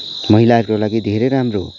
महिलाहरूको लागि धेरै राम्रो हो